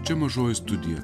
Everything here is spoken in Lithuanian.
čia mažoji studija